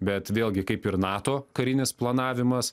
bet vėlgi kaip ir nato karinis planavimas